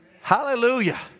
Hallelujah